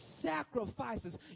sacrifices